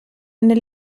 nel